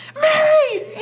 Mary